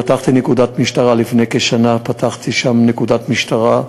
לפני כשנה פתחתי שם נקודת משטרה,